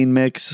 mix